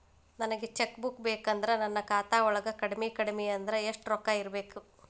ನನಗ cheque book ಬೇಕಂದ್ರ ನನ್ನ ಖಾತಾ ವಳಗ ಕಡಮಿ ಕಡಮಿ ಅಂದ್ರ ಯೆಷ್ಟ್ ರೊಕ್ಕ ಇರ್ಬೆಕು?